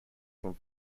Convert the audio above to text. from